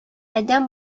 адәм